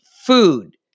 food